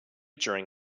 during